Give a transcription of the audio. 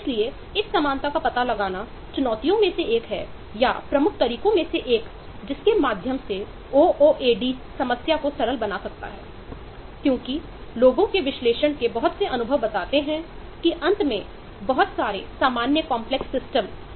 इसलिए इस समानता का पता लगाना चुनौतियों में से एक है या प्रमुख तरीको में से एक जिसके माध्यम से ओ ओ ए डी के बीच विभिन्न प्रकार के सबसिस्टम नहीं है